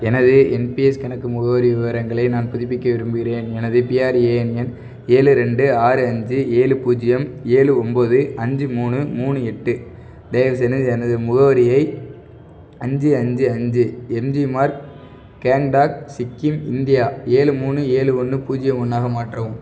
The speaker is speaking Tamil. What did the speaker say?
எனது என்பிஎஸ் கணக்கு முகவரி விவரங்களை நான் புதுப்பிக்க விரும்புகிறேன் எனது பிஆர்ஏஎன் எண் ஏழு ரெண்டு ஆறு அஞ்சு ஏழு பூஜ்ஜியம் ஏழு ஒம்பது அஞ்சு மூணு மூணு எட்டு தயவு செய்து எனது முகவரியை அஞ்சு அஞ்சு அஞ்சு எம்ஜி மார்க் கேங்டாக் சிக்கிம் இந்தியா ஏழு மூணு ஏழு ஒன்று பூஜ்ஜியம் ஒன்றாக மாற்றவும்